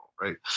right